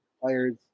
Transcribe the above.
players